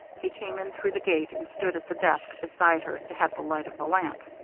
he came in through the gate and stood at the desk beside her to have the light of the lamp.